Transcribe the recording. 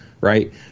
Right